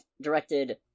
directed